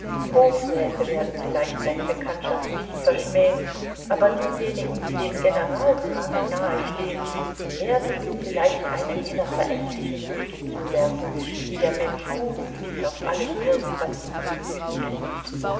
hofräte werden vielleicht seine bekanntschaft nicht verschmähen aber diejenigen die dem generalsrange nahestehen werden ihm vielleicht einen jener verächtlichen blicke zuwerfen die der mensch hochmütig auf alles wirft was ihm zu füßen kriecht